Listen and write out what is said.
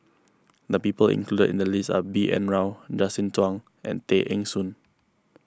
the people included in the list are B N Rao Justin Zhuang and Tay Eng Soon